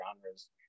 genres